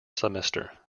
semester